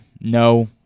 no